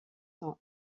sont